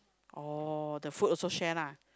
oh the food also share lah